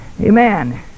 amen